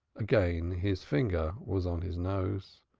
again his finger was on his nose.